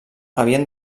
havien